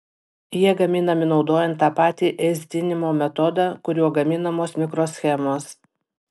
jie gaminami naudojant tą patį ėsdinimo metodą kuriuo gaminamos mikroschemos